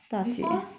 before